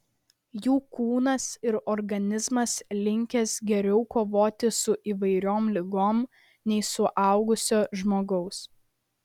jų kūnas ir organizmas linkęs geriau kovoti su įvairiom ligom nei suaugusio žmogaus